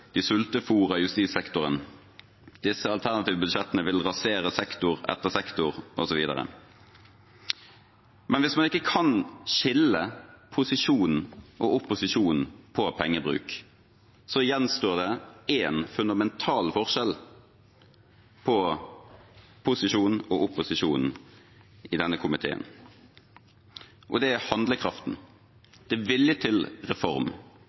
De sultefôrer justissektoren. Disse alternative budsjettene vil rasere sektor etter sektor osv. Men hvis man ikke kan skille posisjonen og opposisjonen på pengebruk, gjenstår det én fundamental forskjell på posisjonen og opposisjonen i denne komiteen, og det er handlekraften. Det er viljen til reform.